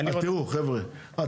תראו חבר'ה,